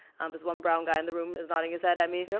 there's one brown guy in the room is nodding his head i mean yeah